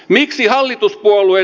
miksi hallituspuolue